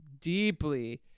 deeply